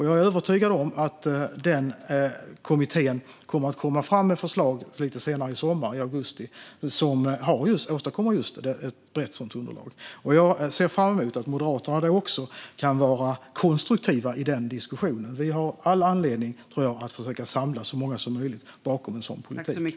Jag är övertygad om att den kommittén lite senare, i augusti, kommer att komma fram med förslag som åstadkommer ett brett sådant underlag. Jag ser fram emot att Moderaterna kan vara konstruktiva i den diskussionen. Vi har all anledning, tror jag, att försöka samla så många som möjligt bakom en sådan politik.